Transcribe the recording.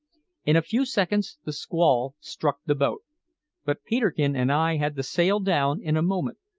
in a few seconds the squall struck the boat but peterkin and i had the sail down in a moment,